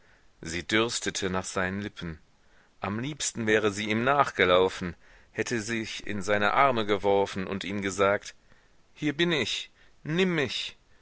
sie dürstete nach seinen lippen am liebsten wäre sie ihm nachgelaufen hätte sich in seine arme geworfen und ihm gesagt hier bin ich nimm mich